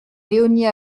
léonie